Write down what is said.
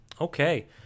okay